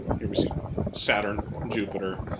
here we see saturn, jupiter,